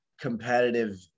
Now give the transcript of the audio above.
competitive